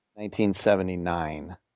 1979